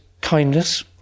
kindness